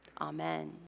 amen